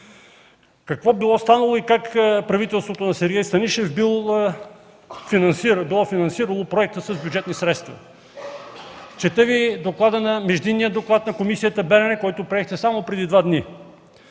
Какво било станало и как правителството на Сергей Станишев било дофинансирало проекта с бюджетни средства. Чета Ви междинния доклад на Комисията „Белене”, който приехте само преди два дни: